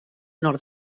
nord